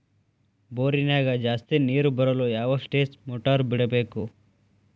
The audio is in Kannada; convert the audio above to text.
ಬೋರಿನ್ಯಾಗ ಜಾಸ್ತಿ ನೇರು ಬರಲು ಯಾವ ಸ್ಟೇಜ್ ಮೋಟಾರ್ ಬಿಡಬೇಕು?